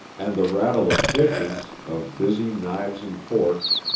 and the rattle of dishes, of busy knives and forks,